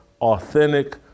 authentic